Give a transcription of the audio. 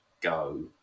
go